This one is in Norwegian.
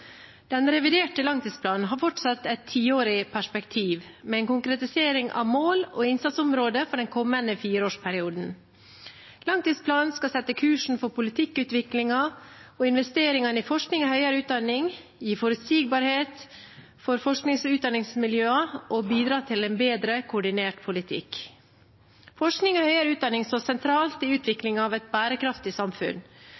Den reviderte langtidsplanen har fortsatt et tiårig perspektiv, med en konkretisering av mål og innsatsområder for den kommende fireårsperioden. Langtidsplanen skal sette kursen for politikkutviklingen og investeringene i forskningen og høyere utdanning, gi forutsigbarhet for forsknings- og utdanningsmiljøene og bidra til en bedre koordinert politikk. Forskning og høyere utdanning står sentralt i